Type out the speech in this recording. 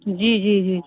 جی جی جی